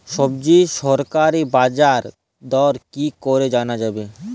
সবজির সরকারি বাজার দর কি করে জানা যাবে?